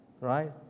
right